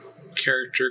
character